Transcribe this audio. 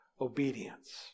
obedience